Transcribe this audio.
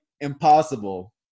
impossible